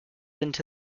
into